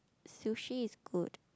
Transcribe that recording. sushi is good